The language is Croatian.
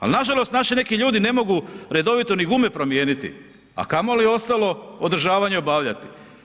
Ali nažalost naši neki ljudi ne mogu redovito ni gume promijeniti a kamoli ostalo održavanje obavljati.